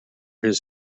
his